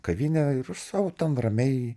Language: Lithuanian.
kavinę ir sau ramiai